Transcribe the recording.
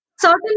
certain